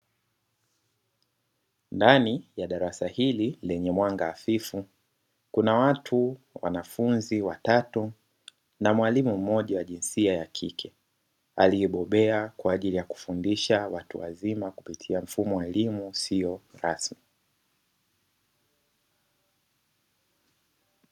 Ndani ya darasa hili lenye mwanga hafifu kuna watu, wanafunzi watatu na mwalimu mmoja wa jinsia ya kike aliyebobea kwa ajili ya kufundisha watu wazima kupitia mfumo wa elimu isiyo rasmi.